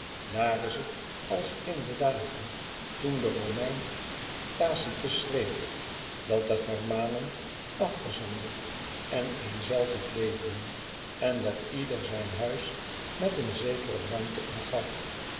aar is het als in de dagen toen de omein acitus schreef dat de ermanen afgezonderd en eenzelvig leefden en dat ieder zijn huis met een zekere ruimte omgaf